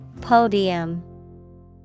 Podium